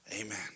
Amen